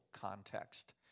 context